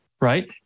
right